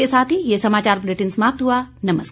इसी के साथ ये समाचार बुलेटिन समाप्त हुआ नमस्कार